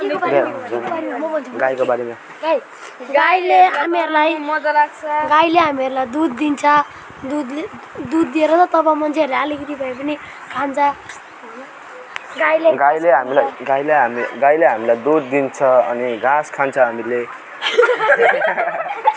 गाईले हामीलाई गाईले हामी गाईले हामीलाई दुध दिन्छ अनि घाँस खान्छ हामीले